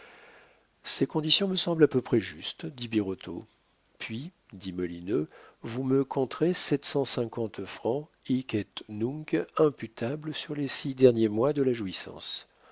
ces conditions me semblent à peu près justes dit birotteau puis dit molineux vous me compterez sept cent cinquante francs hic et nunc imputables sur les six derniers mois de la jouissance